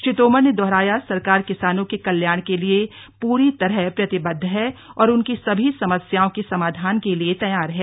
श्री तोमर ने दोहराया सरकार किसानों के कल्याण के लिए पूरी तरह प्रतिबद्ध है और उनकी सभी समस्याओं के समाधान के लिए तैयार है